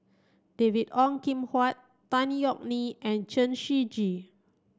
David Ong Kim Huat Tan Yeok Nee and Chen Shiji